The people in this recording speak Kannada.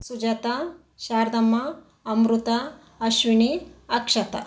ಸುಜಾತಾ ಶಾರ್ದಮ್ಮ ಅಮೃತಾ ಅಶ್ವಿಣಿ ಅಕ್ಷತ